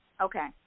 Okay